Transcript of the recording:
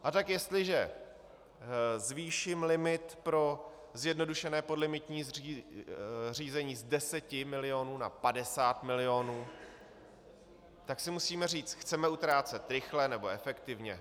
A tak jestliže zvýším limit pro zjednodušené podlimitní řízení z 10 milionů na 50 milionů, tak si musíme říct: chceme utrácet rychle, nebo efektivně?